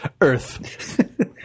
Earth